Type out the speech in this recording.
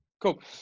Cool